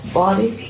body